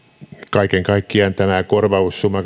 kaiken kaikkiaan tämä korvaussumma